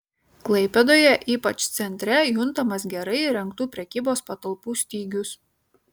klaipėdoje ypač centre juntamas gerai įrengtų prekybos patalpų stygius